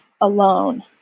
alone